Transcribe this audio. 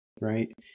right